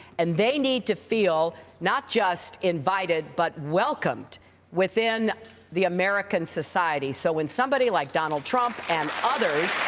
and they need to feel not just invited, but welcomed within the american society. so when somebody like donald trump and others.